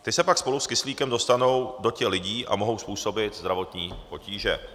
Ty se pak spolu s kyslíkem dostanou do těl lidí a mohou způsobit zdravotní potíže.